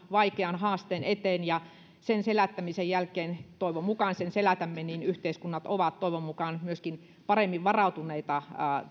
vaikean haasteen eteen ja sen selättämisen jälkeen toivon mukaan sen selätämme yhteiskunnat ovat toivon mukaan myöskin paremmin varautuneita